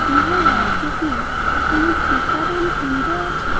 বিহার রাজ্যে কি কোনো টিকাদান কেন্দ্র আছে